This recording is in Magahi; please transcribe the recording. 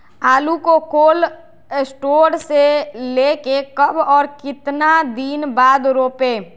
आलु को कोल शटोर से ले के कब और कितना दिन बाद रोपे?